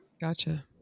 Gotcha